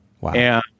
Wow